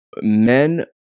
Men